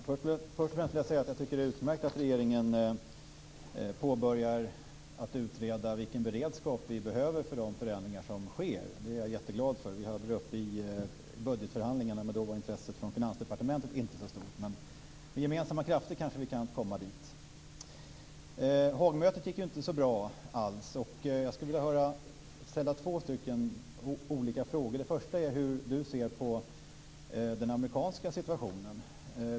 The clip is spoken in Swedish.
Fru talman! Först vill jag säga att jag tycker att det är utmärkt att regeringen börjar utreda vilken beredskap vi behöver för de förändringar som sker. Det är jag jätteglad för. Vi hade det uppe i budgetförhandlingarna, men då var intresset från Finansdepartementet inte så stort. Med gemensamma krafter kanske vi kan komma dit. Haagmötet gick inte alls så bra, och jag skulle vilja ställa två olika frågor om det. Den första frågan är hur miljöministern ser på den amerikanska situationen.